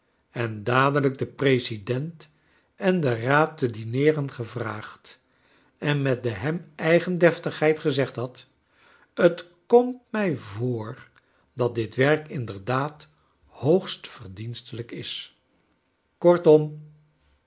en dadelijk den president en den raad te dineeren gevraagd en met de hem eigen def tigheid gezegd had t komt mij voor dat dit werk inderdaad hoogst verdiensteiijk is kortorn